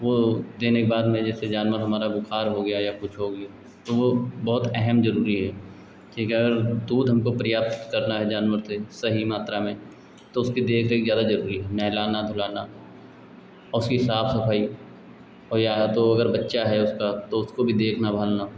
वह देने के बाद में जैसे जानवर हमारा बुख़ार हो गया या कुछ हो गया तो वह बहुत अहम ज़रूरी है ठीक है दूध हमको पर्याप्त करना है जानवर से सही मात्रा में तो उसकी देखरेख ज़्यादा ज़रूरी है नहलाना धुलाना और उसकी साफ़ सफ़ाई और या तो अगर बच्चा है उसका तो उसको भी देखना भालना